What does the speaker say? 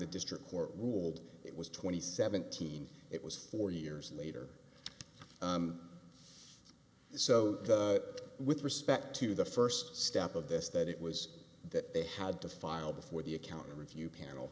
the district court ruled it was twenty seventeen it was four years later so with respect to the first step of this that it was that they had to file before the accounting review panel